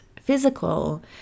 physical